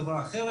חברה אחרת,